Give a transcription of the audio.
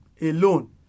Alone